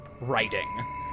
writing